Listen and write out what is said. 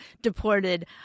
deported